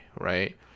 Right